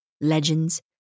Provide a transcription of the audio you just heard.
legends